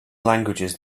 languages